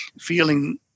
feeling